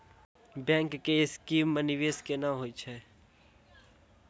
Bank के scheme मे निवेश केना होय छै?